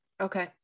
Okay